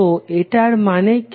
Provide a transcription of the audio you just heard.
তো এটার মানে কি